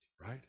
right